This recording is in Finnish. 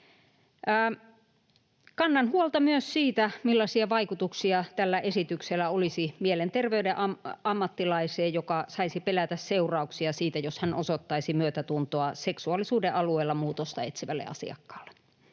Kannan huolta myös siitä, millaisia vaikutuksia tällä esityksellä olisi mielenterveyden ammattilaiseen, joka saisi pelätä seurauksia siitä, jos hän osoittaisi myötätuntoa seksuaalisuuden alueella muutosta etsivälle asiakkaalle.